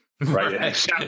right